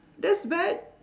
that's bad